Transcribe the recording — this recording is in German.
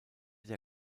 der